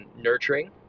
nurturing